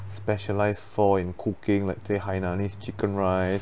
specialised for in cooking let's say hainanese chicken rice